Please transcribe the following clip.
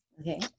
Okay